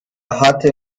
hatte